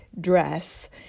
dress